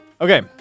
Okay